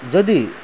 यदि